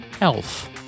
elf